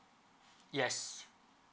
yes